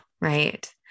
Right